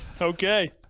Okay